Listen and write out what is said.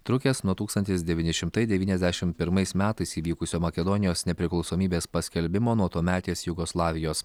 trukęs nuo tūkstantis devyni šimtai devyniasdešim pirmais metais įvykusio makedonijos nepriklausomybės paskelbimo nuo tuometės jugoslavijos